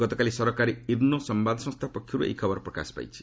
ଗତକାଲି ସରକାରୀ ଇର୍ଣ୍ଣା ସମ୍ଭାଦସଂସ୍ଥା ପକ୍ଷରୁ ଏହି ଖବର ପ୍ରକାଶ ପାଇଛି